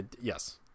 yes